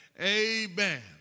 Amen